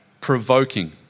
provoking